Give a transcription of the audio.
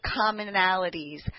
commonalities